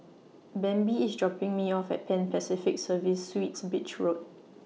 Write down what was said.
Bambi IS dropping Me off At Pan Pacific Serviced Suites Beach Road